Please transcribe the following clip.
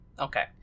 okay